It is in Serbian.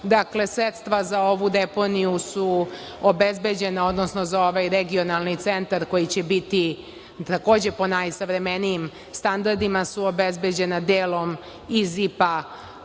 Vrbas. Dakle, sredstva za ovu deponiju, odnosno za ovaj regionalni centar koji će biti takođe po najsavremenijim standardima su obezbeđena delom iz IPA